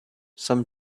some